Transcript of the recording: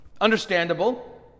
understandable